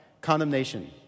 Condemnation